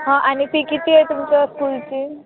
हां आणि फी किती आहे तुमच्या स्कूलची